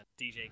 DJ